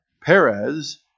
Perez